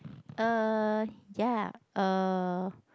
uh yeah uh